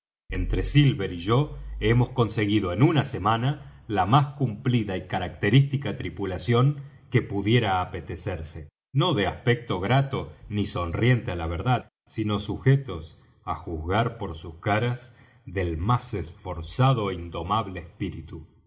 entre silver y yo hemos conseguido en una semana la más cumplida y característica tripulación que pudiera apetecerse no de aspecto grato ni sonriente á la verdad sino sujetos á juzgar por sus caras del más esforzado é indomable espíritu